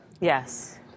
yes